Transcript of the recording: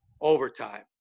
overtime